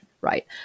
right